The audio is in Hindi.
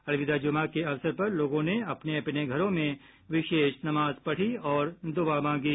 अलविदा जुमा के अवसर पर लोगों ने अपने अपने घरों में विशेष नमाज़ पढ़ी और दुआ मांगी